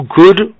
good